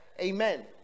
amen